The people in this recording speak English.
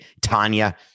Tanya